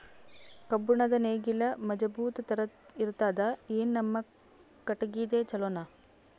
ಕಬ್ಬುಣದ್ ನೇಗಿಲ್ ಮಜಬೂತ ಇರತದಾ, ಏನ ನಮ್ಮ ಕಟಗಿದೇ ಚಲೋನಾ?